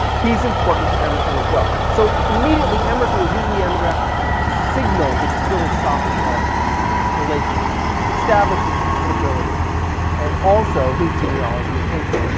he's important for emerson as well. so immediately emerson is using the epigraph to signal his philosophical relationships. establish his inability and also genealogy of thinking.